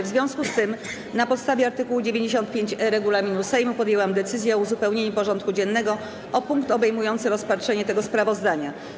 W związku z tym, na podstawie art. 95e regulaminu Sejmu, podjęłam decyzję o uzupełnieniu porządku dziennego o punkt obejmujący rozpatrzenie tego sprawozdania.